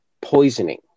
poisoning